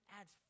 adds